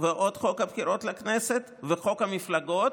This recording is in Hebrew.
עוד חוק הבחירות לכנסת וחוק המפלגות.